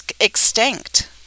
extinct